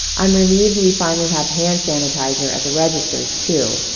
i'm relieved we finally have hand sanitizer at the registers, too.